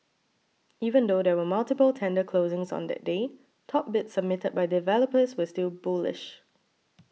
even though there were multiple tender closings on that day top bids submitted by developers were still bullish